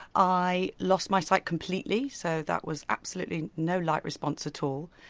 i lost my sight completely, so that was absolutely no light response at all.